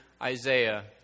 Isaiah